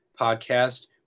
Podcast